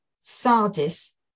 Sardis